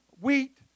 wheat